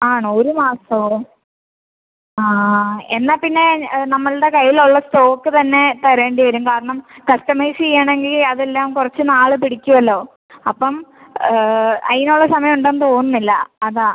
ആണോ ഒരു മാസമോ ആ എന്നാൽ പിന്നെ നമ്മളുടെ കൈയ്യിൽ ഉള്ള സ്റ്റോക്ക് തന്നെ തരേണ്ടി വരും കാരണം കസ്റ്റമൈസ് ചെയ്യണമെങ്കിൽ അതെല്ലാം കുറച്ച് നാള് പിടിക്കുമല്ലോ അപ്പം അതിനുള്ള സമയം ഉണ്ടെന്ന് തോന്നുന്നില്ല അതാ